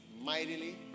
mightily